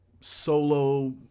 solo